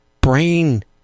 brain